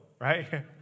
right